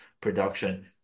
production